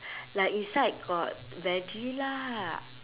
like inside got veggie lah